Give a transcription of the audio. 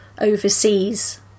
overseas